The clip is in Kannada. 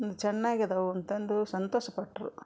ಚೆನ್ನಾಗಿದ್ದವು ಅಂತಂದು ಸಂತೋಷಪಟ್ಟರು